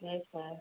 ठीक है